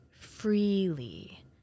freely